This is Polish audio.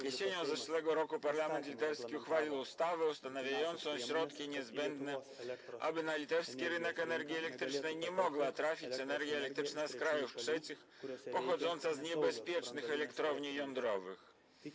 Jesienią zeszłego roku parlament litewski uchwalił ustawę zabezpieczającą środki niezbędne do tego, aby na litewski rynek energii elektrycznej nie trafiła energia elektryczna z krajów trzecich, pochodząca z niebezpiecznych elektrowni jądrowych.